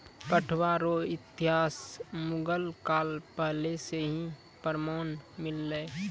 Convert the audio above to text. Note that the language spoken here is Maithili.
पटुआ रो इतिहास मुगल काल पहले से ही प्रमान मिललै